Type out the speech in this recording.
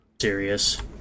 Serious